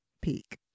Peak